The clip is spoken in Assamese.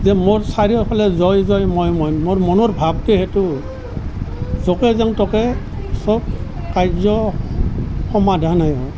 যে মোৰ চাৰিওফালে জয় জয় ময় ময় মোৰ মনৰ ভাৱটো সেইটো য'তে যাওঁ ত'তে সব কাৰ্য সমাধান হৈ গ'ল